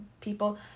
people